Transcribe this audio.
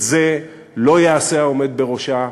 את זה לא יעשה העומד בראשה,